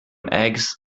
eggs